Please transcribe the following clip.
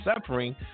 suffering